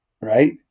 Right